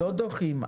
לא דוחים.